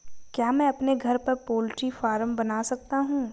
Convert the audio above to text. क्या मैं अपने घर पर पोल्ट्री फार्म बना सकता हूँ?